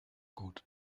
gut